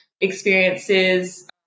experiences